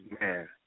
Man